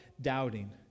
doubting